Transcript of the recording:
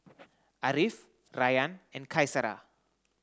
Ariff Rayyan and Qaisara